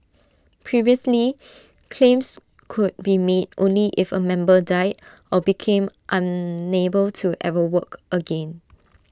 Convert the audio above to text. previously claims could be made only if A member died or became unable to ever work again